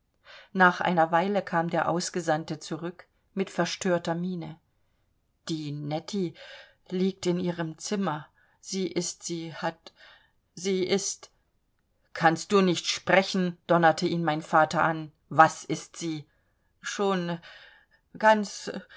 nach einer weile kam der ausgesandte zurück mit verstörter miene die netti liegt in ihrem zimmer sie ist sie hat sie ist kannst du nicht sprechen donnerte ihn mein vater an was ist sie schon ganz